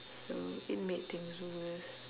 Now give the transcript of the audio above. so it made things worse